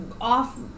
off